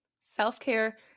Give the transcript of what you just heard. Self-care